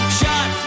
shot